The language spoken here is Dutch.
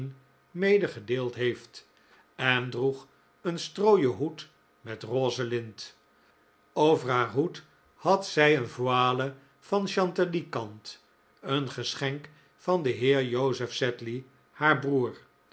medegedeeld heeft en droeg een strooien hoed met rose lint over haar hoed had zij een voile van chantilly kant een geschenk van den heer joseph sedley haar broer